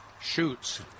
shoots